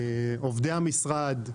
עובדי המשרד,